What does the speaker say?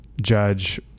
judge